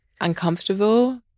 uncomfortable